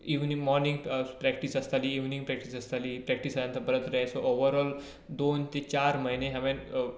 evening morning practice आसताली evening practice आसताली practice जाले की परत रेस्ट ओवरऑल दोन ते चार म्हयने हांवें